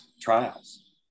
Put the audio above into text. trials